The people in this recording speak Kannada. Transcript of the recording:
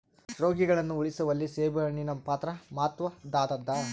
ರೋಗಿಗಳನ್ನು ಉಳಿಸುವಲ್ಲಿ ಸೇಬುಹಣ್ಣಿನ ಪಾತ್ರ ಮಾತ್ವದ್ದಾದ